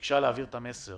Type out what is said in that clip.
להעביר את המסר